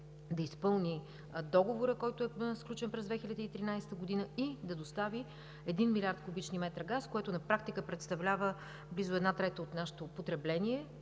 да изпълни договора, който е сключен през 2013 г. и да достави 1 млрд. куб. м газ, което на практика представлява близо една трета от нашето потребление